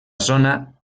zona